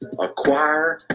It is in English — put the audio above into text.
acquire